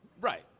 Right